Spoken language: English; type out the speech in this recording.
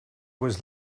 was